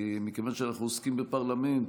מכיוון שאנחנו עוסקים בפרלמנט,